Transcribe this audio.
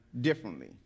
differently